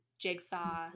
Jigsaw